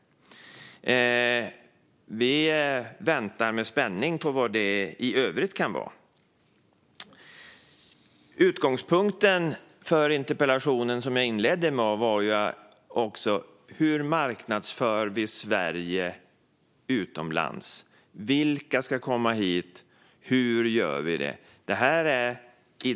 Vi väntar med spänning på vad det i övrigt kan vara. Utgångspunkten för interpellationen var, som jag sa inledningsvis, hur man marknadsför Sverige utomlands, vilka som ska komma hit och hur man ska arbeta med den saken.